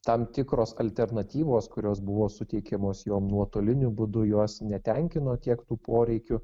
tam tikros alternatyvos kurios buvo suteikiamos jom nuotoliniu būdu jos netenkino kiek tų poreikių